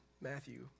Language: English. Matthew